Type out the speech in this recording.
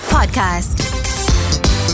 Podcast